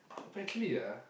if actually